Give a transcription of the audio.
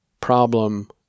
problem